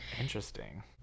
Interesting